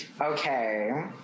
Okay